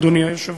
אדוני היושב-ראש,